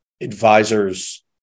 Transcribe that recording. advisors